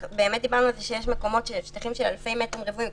דיברנו על זה שיש מקומות שהם שטחים של אלפי מטרים רבועים,